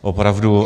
Opravdu.